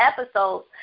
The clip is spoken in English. episodes